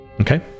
okay